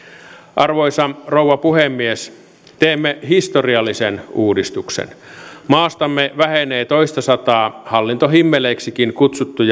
arvoisa rouva puhemies teemme historiallisen uudistuksen maastamme vähenee toistasataa hallintohimmeliksikin kutsuttua